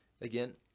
Again